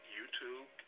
YouTube